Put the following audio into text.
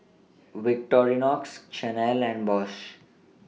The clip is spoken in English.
Victorinox Chanel and Bosch